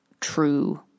true